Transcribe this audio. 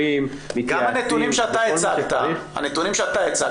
--- גם הנתונים שאתה הצגת והנתונים